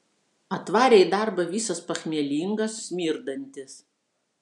atvarė į darbą visas pachmielingas smirdantis